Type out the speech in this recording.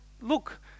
look